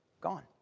gone